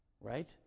Right